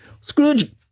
Scrooge